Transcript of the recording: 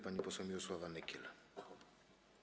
Pani poseł Mirosława Nykiel.